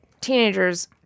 teenagers